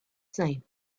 time